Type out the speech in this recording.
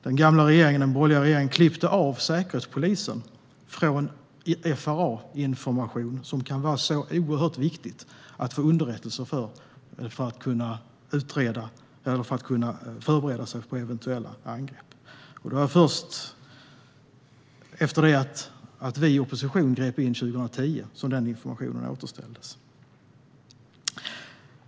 Den gamla borgerliga regeringen klippte av säkerhetspolisen från FRA-information som kan vara oerhört viktig att få underrättelser om för att kunna förbereda sig för eventuella angrepp. Det var först efter det att vi i opposition ingrep 2010 som den informationen återställdes.